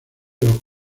los